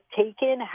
taken